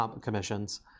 Commissions